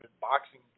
boxing